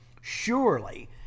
Surely